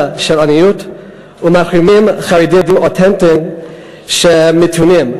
של עניות ומחרים חרדים אותנטיים מתונים.